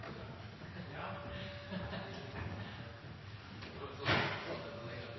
Ja,